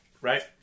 right